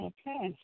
Okay